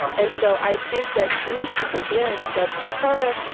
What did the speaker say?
and so i think that drew people in. but for her,